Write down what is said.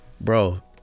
bro